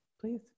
Please